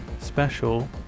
special